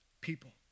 people